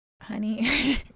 honey